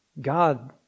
God